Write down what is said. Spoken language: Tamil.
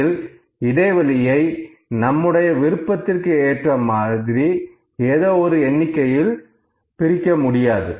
இதில் இடைவெளியை நம்முடைய விருப்பத்திற்கு ஏற்ற மாதிரி ஏதோ ஒரு எண்ணிக்கையில் பிரிக்க முடியாது